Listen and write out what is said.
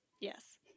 Yes